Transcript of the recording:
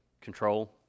control